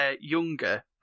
younger